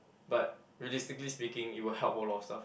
but realistically speaking it will help a lot of stuff